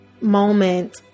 moment